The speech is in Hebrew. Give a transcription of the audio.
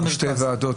האזרח.